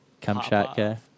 Kamchatka